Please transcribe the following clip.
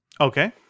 okay